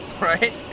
Right